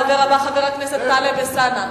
הדובר הבא, חבר הכנסת טלב אלסאנע,